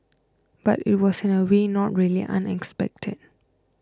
but it was in a way not really unexpected